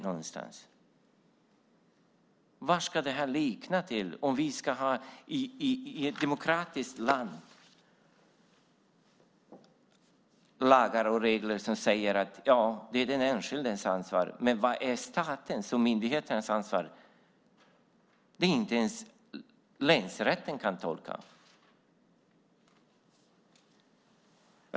Vad leder det till om vi i ett demokratiskt land ska ha lagar och regler som säger vad som är den enskildes ansvar samtidigt som det inte framkommer vad som är statens och myndigheternas ansvar? Inte ens länsrätten kan tolka detta.